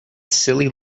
silly